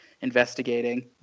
investigating